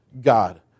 God